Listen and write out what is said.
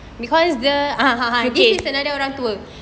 okay